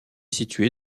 situé